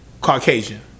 Caucasian